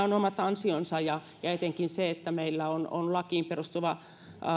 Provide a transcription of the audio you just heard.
on omat ansionsa ja ja etenkin se että meillä on on lakiin perustuva